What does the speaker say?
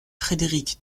frédéric